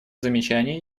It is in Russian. замечаний